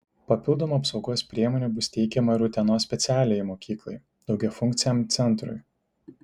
papildomų apsaugos priemonių bus teikiama ir utenos specialiajai mokyklai daugiafunkciam centrui